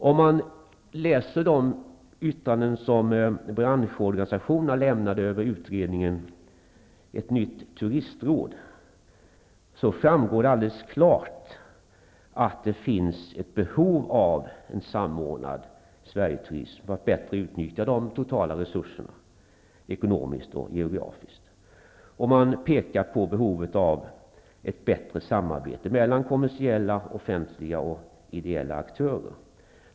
Om man läser de yttranden som branschorganisationerna lämnade över utredningen Ett nytt turistråd, framgår det alldeles klart att det finns ett behov av en samordnad Sverigeturism för att bättre utnyttja de totala resurserna ekonomiskt och geografiskt. Man pekar på behovet av ett bättre samarbete mellan kommersiella, offentliga och ideella aktörer.